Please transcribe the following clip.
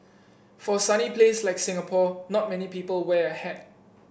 for sunny place like Singapore not many people wear a hat